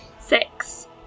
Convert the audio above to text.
six